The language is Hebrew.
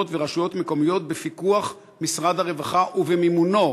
ורשויות מקומיות בפיקוח משרד הרווחה ובמימונו,